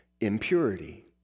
impurity